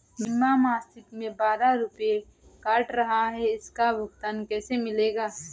बीमा मासिक में बारह रुपय काट रहा है इसका भुगतान कैसे मिलेगा?